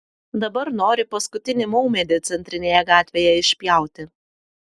dabar nori paskutinį maumedį centrinėje gatvėje išpjauti